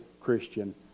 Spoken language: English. Christian